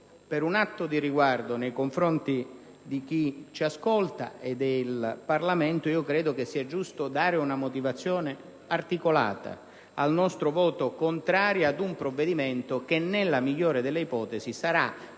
per un atto di riguardo nei confronti di chi ci ascolta e del Parlamento, credo sia giusto dare una motivazione articolata al nostro voto contrario ad un provvedimento che, nella migliore delle ipotesi, sarà